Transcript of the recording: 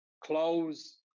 close